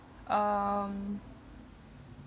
um